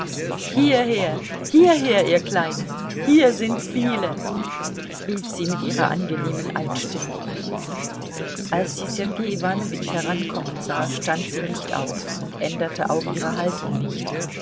hierher hierher ihr kleinen hier sind viele rief sie mit ihrer angenehmen altstimme als sie sergei iwanowitsch herankommen sah stand sie nicht auf und änderte auch ihre haltung nicht